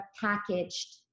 packaged